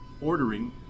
ordering